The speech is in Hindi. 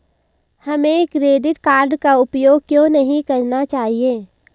हमें क्रेडिट कार्ड का उपयोग क्यों नहीं करना चाहिए?